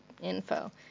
info